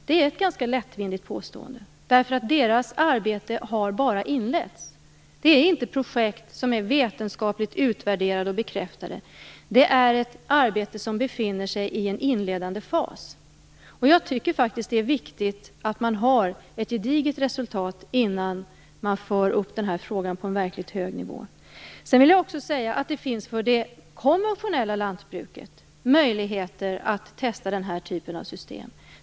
Det är ett ganska lättvindigt påstående, eftersom deras arbete bara har inletts. Det är inte projekt som är vetenskapligt utvärderade och bekräftade. Det är ett arbete som befinner sig i en inledande fas. Jag tycker faktiskt att det är viktigt att man har ett gediget resultat innan man för upp den här frågan på en verkligt hög nivå. Sedan vill jag också säga att det finns möjligheter för den konventionella lantbruket att testa den här typen av system.